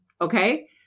Okay